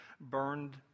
burned